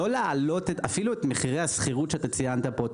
ולא להעלות אפילו את מחירי השכירות שציינת פה,